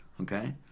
okay